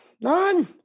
None